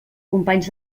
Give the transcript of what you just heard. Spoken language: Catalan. companys